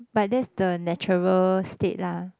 but that's the natural state lah